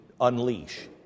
unleash